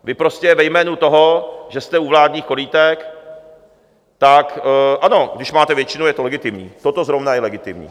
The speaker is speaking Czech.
Vy prostě ve jménu toho, že jste u vládních korýtek, tak ano, když máte většinu, je to legitimní, toto zrovna je legitimní.